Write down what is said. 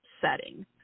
setting